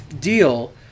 deal